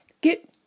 get